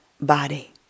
body